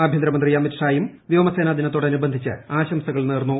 ആഭ്യന്തരമന്ത്രി അമിത്ഷായും വ്യോമസേന ദിനത്തോടനുബന്ധിച്ച് ആശംസകൾ നേർന്നു